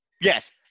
Yes